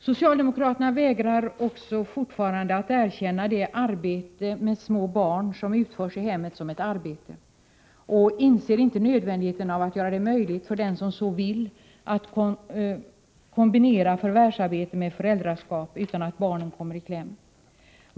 Socialdemokraterna vägrar också fortfarande att erkänna det arbete med små barn som utförs i hemmet som ett arbete och inser inte nödvändigheten av att göra det möjligt för den som så vill att kombinera förvärvsarbete med föräldraskap utan att barnen kommer i kläm.